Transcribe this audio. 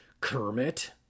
Kermit